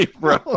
bro